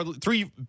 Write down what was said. three